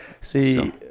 See